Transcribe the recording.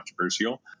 controversial